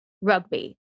rugby